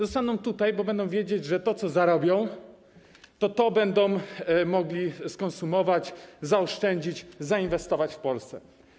Zostaną tutaj, bo będą wiedzieć, że to, co zarobią, będą mogli skonsumować, zaoszczędzić, zainwestować w Polsce.